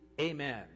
Amen